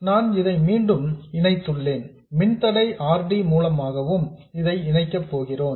நான் இதை மீண்டும் இணைத்துள்ளேன் மின்தடை R D மூலமாகவும் இதை இணைக்கப்போகிறேன்